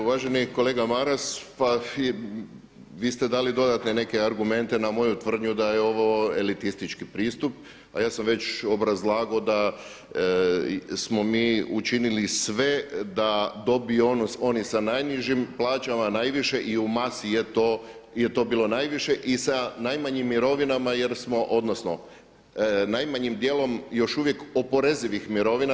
uvaženi kolega Maras, pa vi ste dali dodatne neke argumente na moju tvrdnju da je ovo elitistički pristup a ja sam već obrazlagao da smo mi učinili sve da dobiju oni sa najnižim plaćama najviše i u masi je to bilo najviše i sa najmanjim mirovinama jer smo, odnosno najmanjim dijelom još uvijek oporezivih mirovina.